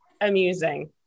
amusing